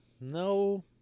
No